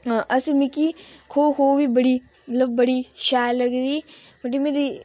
असें मिकी खो खो बी बड़ी मतलब बड़ी शैल लगदी मतलब मेरी